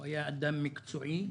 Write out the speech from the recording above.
הוא היה אדם מקצועי,